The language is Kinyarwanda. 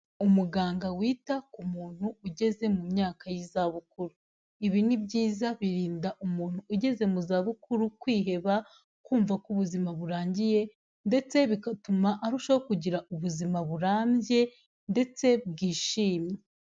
Umuganga wita ku muntu ugeze mu myaka y'izabukuru. Ibi ni byiza birinda umuntu ugeze mu za bukuru kwiheba, kumva ko ubuzima burangiye ndetse bigatuma arushaho kugira ubuzima burambye ndetse bwishimye.